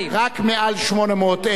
רק מעל 800,000,